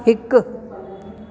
हिकु